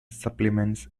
supplements